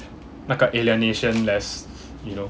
那个 alienation less you know